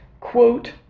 quote